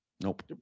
Nope